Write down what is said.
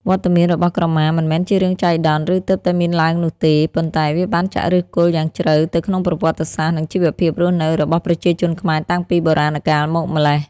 វត្តមានរបស់ក្រមាមិនមែនជារឿងចៃដន្យ ឬទើបតែមានឡើងនោះទេ ប៉ុន្តែវាបានចាក់ឫសគល់យ៉ាងជ្រៅទៅក្នុងប្រវត្តិសាស្ត្រ និងជីវភាពរស់នៅរបស់ប្រជាជនខ្មែរតាំងពីបុរាណកាលមកម្ល៉េះ។